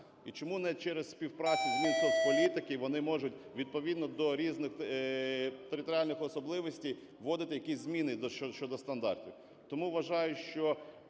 І чому не через співпрацю з Мінсоцполітики вони можуть відповідно до різних територіальних особливостей вводити якісь зміни щодо стандартів? Тому вважаю, що